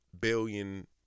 billion